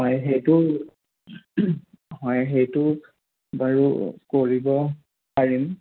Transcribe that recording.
হয় সেইটো হয় সেইটো বাৰু কৰিব পাৰিম